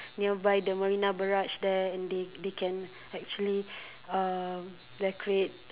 nearby the Marina Barrage there and they they can actually um decorate